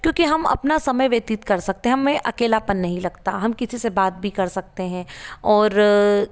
क्योंकि हम अपना समय व्यतीत कर सकते हैं हमें अकेलापन नहीं लगता हम किसी से बात भी कर सकते हैं और